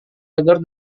agar